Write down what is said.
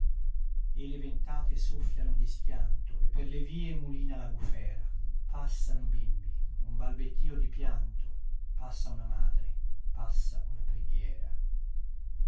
le ventate soffiano di schianto e per le vie mulina la bufera passano bimbi un balbettio di pianto passa una madre passa una preghiera